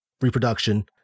reproduction